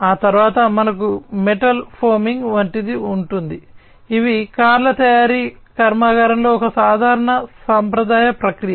ఆ తరువాత మనకు మెటల్ ఫోమింగ్ వంటిది ఉంటుంది ఇవి కార్ల తయారీ కర్మాగారంలో ఒక సాధారణ సాంప్రదాయ ప్రక్రియ